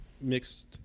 mixed